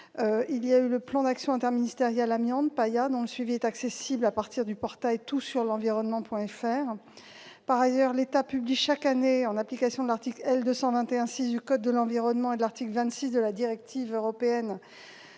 et le plan d'actions interministériel amiante, PAIA, dont le suivi est accessible à partir du portail toutsurlenvironnement.fr. Par ailleurs, l'État publie chaque année, en application de l'article L. 221-6 du code de l'environnement et de l'article 26 de la directive européenne